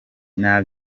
nta